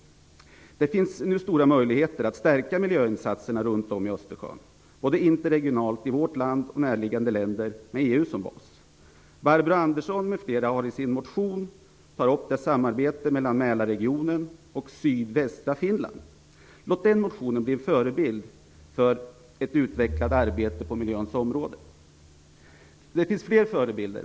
Det finns nu stora möjligheter att stärka miljöinsatserna runt Östersjön, både interregionalt i vårt land och i näraliggande länder, med EU som bas. Låt Barbro Anderssons m.fl. motion om samarbete mellan Mälarregionen och sydvästra Finland bli en förebild för ett utvecklat arbete på miljöns område! Och det finns fler förebilder.